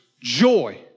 joy